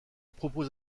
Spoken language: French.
propose